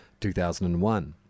2001